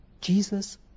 Jesus